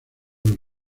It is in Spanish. del